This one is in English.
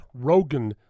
Rogen